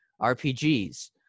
RPGs